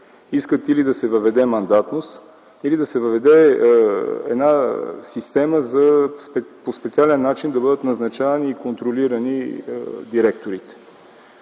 искат или да се въведе мандатност, или да се въведе една система по специален начин да бъдат назначавани и контролирани директорите.